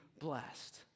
blessed